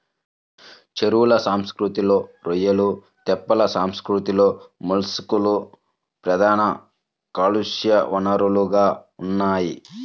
చెరువుల సంస్కృతిలో రొయ్యలు, తెప్పల సంస్కృతిలో మొలస్క్లు ప్రధాన కాలుష్య వనరులుగా ఉన్నాయి